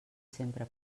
sempre